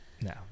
no